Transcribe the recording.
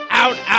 out